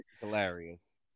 hilarious